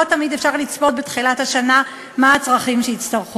לא תמיד אפשר לצפות בתחילת השנה מה הצרכים שיהיו.